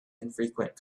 infrequent